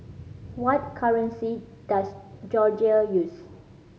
what currency does Georgia use